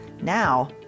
now